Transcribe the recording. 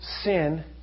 sin